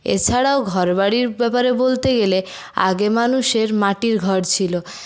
এছাড়াও ঘরবাড়ির ব্যাপারে বলতে গেলে আগে মানুষের মাটির ঘর ছিল